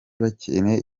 bakeneye